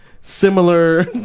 similar